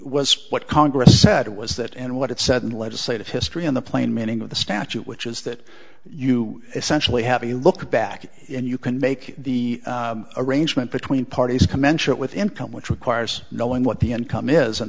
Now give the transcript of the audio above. was what congress said it was that and what it said in legislative history and the plain meaning of the statute which is that you essentially have a look back and you can make the arrangement between parties commensurate with income which requires knowing what the income is in